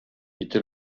bitte